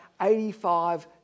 85